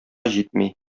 җитми